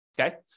Okay